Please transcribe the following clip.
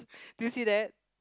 do you see that